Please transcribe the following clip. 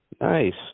nice